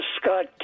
Scott